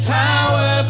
power